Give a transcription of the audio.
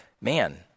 man